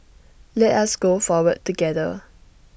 let us go forward together